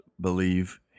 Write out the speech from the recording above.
Believe